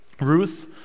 Ruth